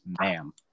ma'am